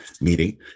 meeting